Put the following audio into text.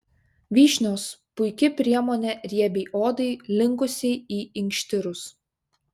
vyšnios puiki priemonė riebiai odai linkusiai į inkštirus